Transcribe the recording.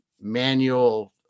manual